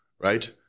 right